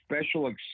special